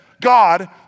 God